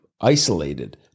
isolated